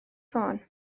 ffôn